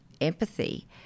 empathy